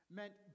meant